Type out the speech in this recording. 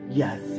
yes